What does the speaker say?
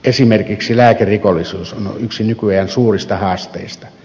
esimerkiksi lääkerikollisuus on yksi nykyajan suurista haasteista